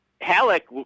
Halleck